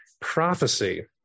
prophecy